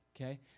Okay